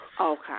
Okay